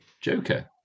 Joker